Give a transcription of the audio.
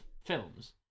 films